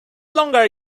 longer